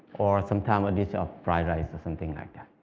or some tama dish of fried rice or something like that.